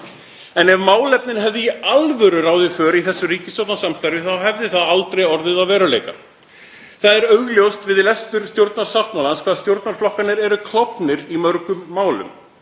En ef málefnin hefðu í alvöru ráðið för í þessu ríkisstjórnarsamstarfi þá hefði það aldrei orðið að veruleika. Það er augljóst við lestur stjórnarsáttmálans hvað stjórnarflokkarnir eru klofnir í mörgum málum.